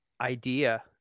idea